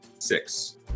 Six